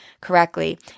correctly